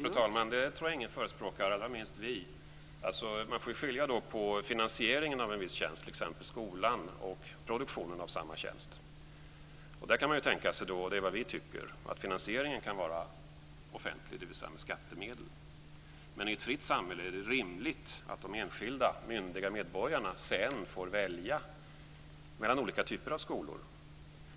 Fru talman! Jag tror inte någon förespråkar det, allra minst vi. Man får skilja på finansieringen av en viss tjänst, t.ex. skolan, och produktionen av samma tjänst. Där tycker vi att finansieringen kan vara offentlig, dvs. med skattemedel, men i ett fritt samhälle är det rimligt att de enskilda, myndiga medborgarna får välja mellan olika typer av skolor.